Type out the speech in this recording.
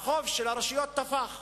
החוב של הרשויות תפח.